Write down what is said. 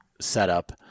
setup